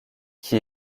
qui